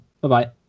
Bye-bye